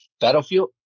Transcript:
Battlefield